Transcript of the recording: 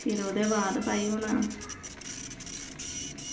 ते फिर ओह्दे बाद भई हून